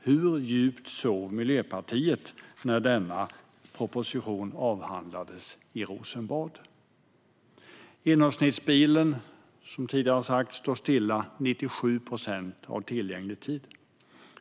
Hur djupt sov Miljöpartiet när denna proposition avhandlades i Rosenbad? Genomsnittsbilen står stilla 97 procent av tillgänglig tid.